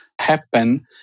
happen